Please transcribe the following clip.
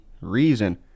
reason